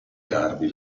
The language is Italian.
tardi